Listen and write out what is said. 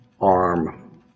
arm